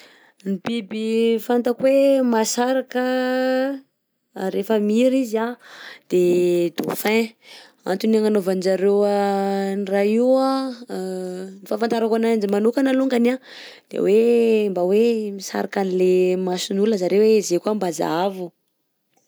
Ny biby fantako hoe mahasaraka rehefa mihira izy anh de dauphin. _x000D_ Antony agnanaovan-jareo an'ny raha io anh ny fahafantarako ananjy maanokagna alongany anh de hoe mba hoe misarika an'lay mason'olona zareo hoe zahay koa mba zahavo.